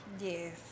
Yes